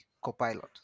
Copilot